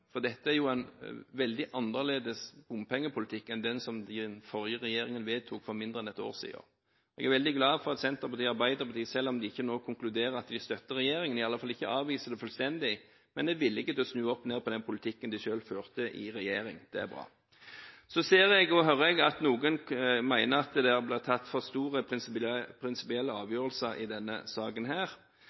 for dette er en veldig annerledes bompengepolitikk enn den den forrige regjeringen vedtok for mindre enn ett år siden. Jeg er veldig glad for at Senterpartiet og Arbeiderpartiet, selv om de ikke nå konkluderer med at de støtter regjeringen, iallfall ikke avviser det fullstendig, men er villig til å snu opp ned på den politikken de selv førte i regjering. Det er bra. Så ser og hører jeg at noen mener at det blir tatt for store prinsipielle avgjørelser i denne saken.